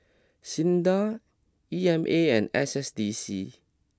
Sinda E M A and S S D C